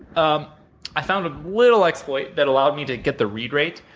um i found a little exploit that allowed me to get the read rate,